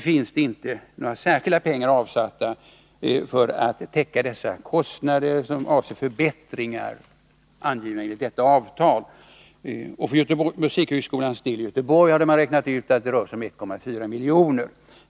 finns det inte några särskilda pengar avsatta för att täcka de kostnader som avser förbättringar enligt avtalet. För musikhögskolan i Göteborg hade man räknat ut att det skulle röra sig om 1,4 miljoner.